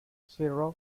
zero